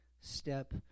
step